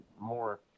more